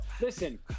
Listen